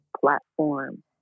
platform